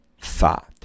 thought